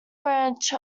branch